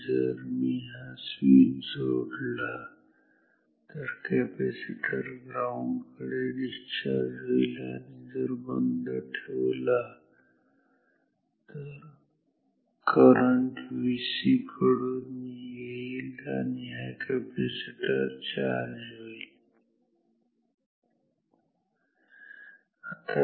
जर मी हा स्वीच जोडला तर कॅपॅसिटर ग्राउंड कडे डिस्चार्ज होईल आणि जर हा बंद ठेवला तर करंट Vc कडून येईल आणि हा कॅपॅसिटर चार्ज होईल